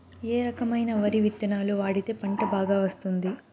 ఏ రకమైన వరి విత్తనాలు వాడితే పంట బాగా వస్తుంది?